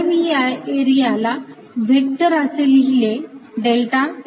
जर मी या एरियाला व्हेक्टर असे लिहिले डेल्टा A z व्हेक्टर